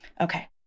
Okay